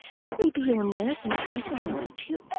let me be your nurse and try to comfort you.